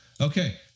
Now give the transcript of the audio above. Okay